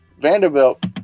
Vanderbilt